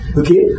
okay